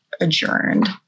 adjourned